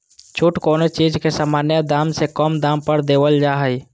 छूट कोनो चीज के सामान्य दाम से कम दाम पर देवल जा हइ